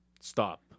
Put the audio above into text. Stop